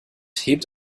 hebt